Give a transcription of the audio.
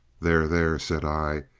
there, there, said i,